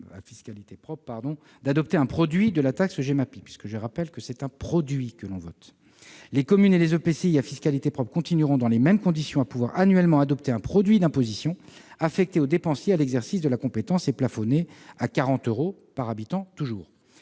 à fiscalité propre d'adopter un produit de la taxe Gemapi- je rappelle, en effet, que c'est sur un produit que l'on vote. Les communes et les EPCI à fiscalité propre continueront, dans les mêmes conditions, à pouvoir adopter annuellement un produit d'imposition affecté au dépensier à l'exercice de la compétence, et plafonné à 40 euros par habitant.